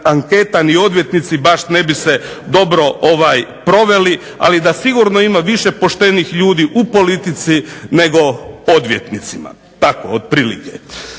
anketa ni odvjetnici se ne bi baš dobro proveli, ali sigurno da ima više potištenijih ljudi u politici nego u odvjetnicima. Tako otprilike,